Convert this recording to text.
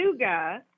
Suga